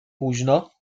późno